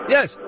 Yes